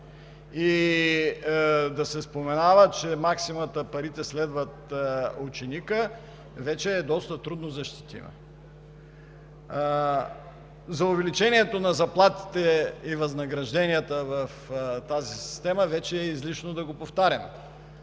образование. Максимата „парите следват ученика“ вече е доста трудно защитима. Увеличението на заплатите и възнагражденията в тази система, излишно е да го повтаряме,